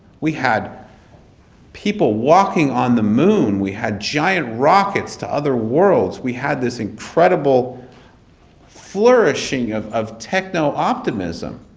we had people walking on the moon. we had giant rockets to other worlds! we had this incredible flourishing of of techno optimism.